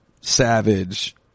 Savage